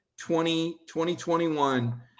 2021